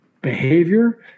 behavior